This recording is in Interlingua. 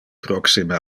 proxime